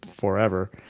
forever